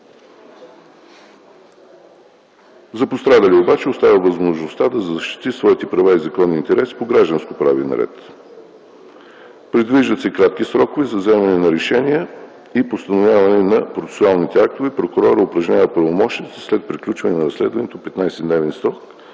За пострадалия обаче остава възможността да защити своите права и законни интереси по гражданско-правен ред. Предвиждат се кратки срокове за вземане на решения и постановяване на процесуалните актове. Прокурорът упражнява правомощията си след приключване на разследването в 15-дневен срок,